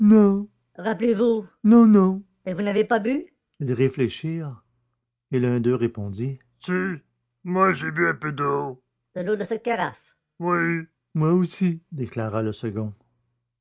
rappelez-vous non non et vous n'avez pas bu ils réfléchirent et l'un d'eux répondit si moi j'ai bu un peu d'eau de l'eau de cette carafe oui moi aussi déclara le second